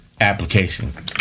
applications